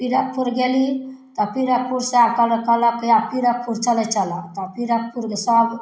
पीरथपुर गेली तऽ पीरथपुर सभ कहलक आब पीरथपुर चलै चलऽ तऽ पीरथपुरके सभ